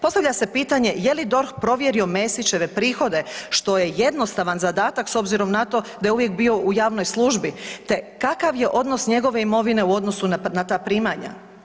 Postavlja se pitanje je li DORH provjerio Mesićeve prihode što je jednostavan zadatak s obzirom na to da je uvijek bio u javnoj službi, te kakav je odnos njegove imovine u odnosu na ta primanja.